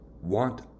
want